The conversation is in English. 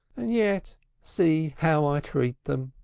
and yet see how i treat them!